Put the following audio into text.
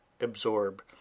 absorb